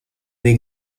dei